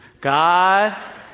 God